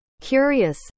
Curious